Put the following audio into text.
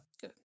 Good